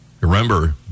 Remember